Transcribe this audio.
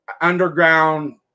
underground